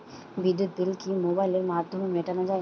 বিদ্যুৎ বিল কি মোবাইলের মাধ্যমে মেটানো য়ায়?